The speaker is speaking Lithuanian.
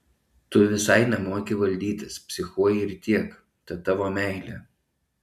tu visai nemoki valdytis psichuoji ir tiek ta tavo meilė